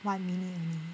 one minute only